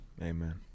Amen